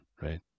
right